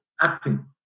acting